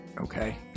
Okay